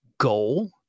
goal